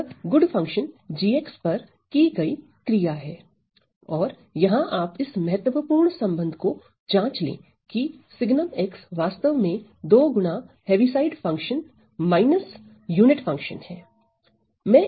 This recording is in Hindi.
तो यह गुड फंक्शन g पर की गई क्रिया है और यहां आप इस महत्वपूर्ण संबंध को जांच लें कि sgn वास्तव में 2 गुणा Heaviside function unit function है